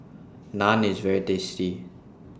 Naan IS very tasty